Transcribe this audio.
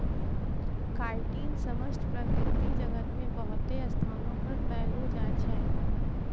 chitin समस्त प्रकृति जगत मे बहुते स्थानो पर पैलो जाय छै